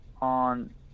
on